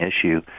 issue